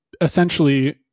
essentially